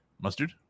Mustard